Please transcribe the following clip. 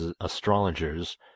astrologers